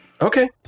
Okay